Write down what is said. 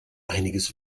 einiges